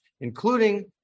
including